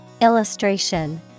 Illustration